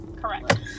Correct